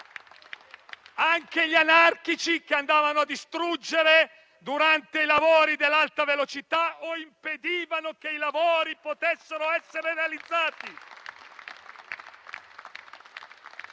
anche gli anarchici che andavano a distruggere i lavori dell'Alta velocità, o impedivano che i lavori potessero essere realizzati.